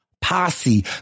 posse